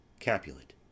Capulet